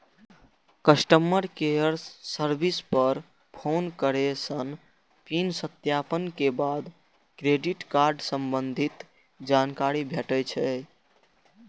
customer care service पर phone करै सं पिन सत्यापन के बाद क्रेडिट कार्ड संबंधी जानकारी भेटै छै